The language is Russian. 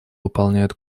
выполняют